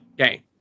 Okay